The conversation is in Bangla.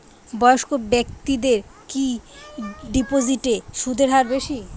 বয়স্ক ব্যেক্তিদের কি ডিপোজিটে সুদের হার বেশি?